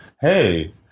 Hey